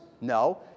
no